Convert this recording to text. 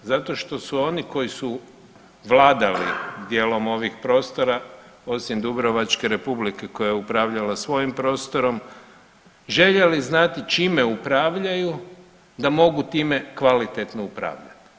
Zato što su oni koji su vladali dijelom ovih prostora osim Dubrovačke Republike koja je upravljala svojim prostorom željeli znati čime upravljaju da mogu time kvalitetno upravljati.